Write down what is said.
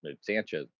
Sanchez